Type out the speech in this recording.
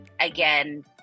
again